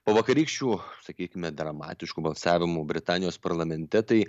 po vakarykščių sakykime dramatiškų balsavimų britanijos parlamente tai